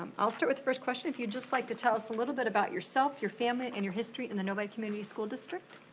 i'll start with the first question. if you'd just like to tell us a little bit about yourself, your family and your history in the novi community school district.